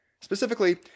Specifically